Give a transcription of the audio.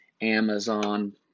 Amazon